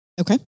okay